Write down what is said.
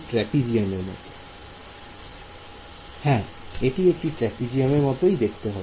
trapezium হ্যাঁ এটি একটি ট্রাপিজিয়াম এর মত দেখতে হবে